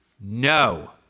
No